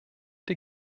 der